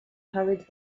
hurried